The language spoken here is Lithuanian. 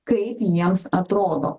kaip jiems atrodo